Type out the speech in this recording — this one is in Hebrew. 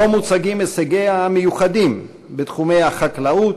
ובו מוצגים הישגיה המיוחדים בתחומי החקלאות,